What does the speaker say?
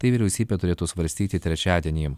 tai vyriausybė turėtų svarstyti trečiadienį